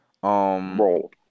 Bro